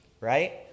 Right